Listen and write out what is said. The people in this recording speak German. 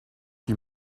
die